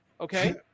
okay